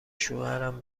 شوهرم